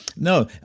No